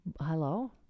Hello